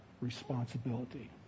responsibility